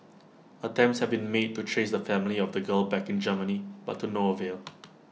attempts have been made to trace the family of the girl back in Germany but to no avail